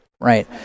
Right